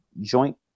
joint